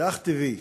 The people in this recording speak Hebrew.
זה אך טבעי